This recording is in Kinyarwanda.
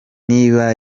niba